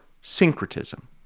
syncretism